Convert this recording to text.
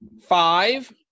five